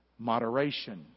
Moderation